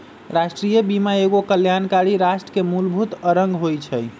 राष्ट्रीय बीमा एगो कल्याणकारी राष्ट्र के मूलभूत अङग होइ छइ